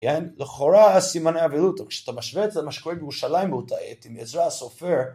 כן, לכאורה סימני אבלות, אבל כשאתה משווה את זה למה שקורה בירושלים באותה עת עם עזרא הסופר